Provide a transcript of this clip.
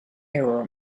error